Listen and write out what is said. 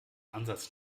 ansatz